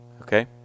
Okay